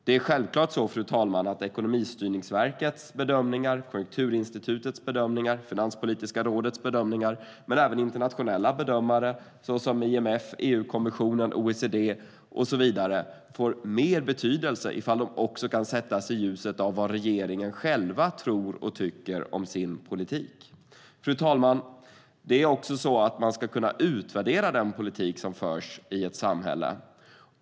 Det är självklart på det sättet att bedömningar från Ekonomistyrningsverket, Konjunkturinstitutet och Finanspolitiska rådet - men även internationella bedömare såsom IMF, EU-kommissionen, OECD och så vidare - får större betydelse ifall de kan sättas i relation till vad regeringen själv tror och tycker om sin politik. Fru talman! Man ska kunna utvärdera den politik som förs.